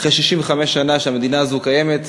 אחרי 65 שנה שהמדינה הזאת קיימת,